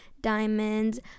diamonds